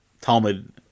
talmud